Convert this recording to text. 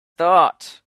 that